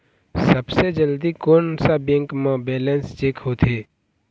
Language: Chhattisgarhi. सबसे जल्दी कोन सा बैंक म बैलेंस चेक होथे?